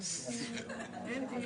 אדוני,